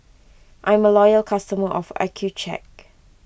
I'm a loyal customer of Accucheck